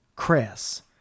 Chris